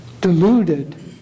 deluded